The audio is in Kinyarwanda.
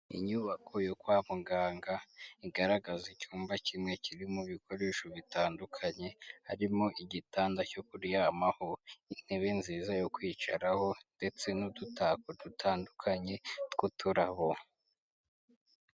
Inyubako yo kwa muganga igaragaza icyumba kimwe kiri mu bikoresho bitandukanye, harimo igitanda cyo kuryamaho intebe nziza yo kwicaraho ndetse n'udutako dutandukanye tw'uturabo.